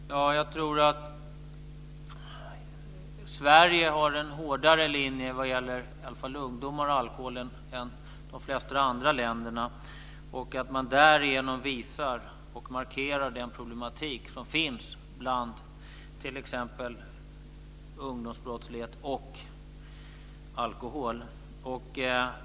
Fru talman! Jag tror att Sverige har en hårdare linje vad gäller åtminstone ungdomar och alkohol än vad de flesta andra länder har och därigenom visar och markerar den problematik som finns när det gäller t.ex. ungdomsbrottslighet och alkohol.